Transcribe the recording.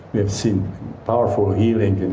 we've seen powerful healing in